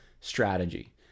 strategy